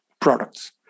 products